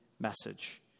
message